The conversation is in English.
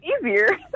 easier